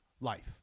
life